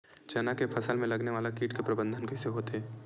चना के फसल में लगने वाला कीट के प्रबंधन कइसे होथे?